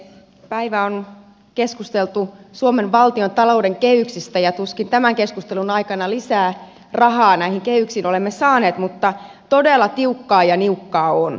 päivä on keskusteltu suomen valtiontalouden kehyksistä ja tuskin tämän keskustelun aikana lisää rahaa näihin kehyksiin olemme saaneet mutta todella tiukkaa ja niukkaa on